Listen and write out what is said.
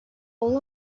all